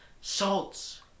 salts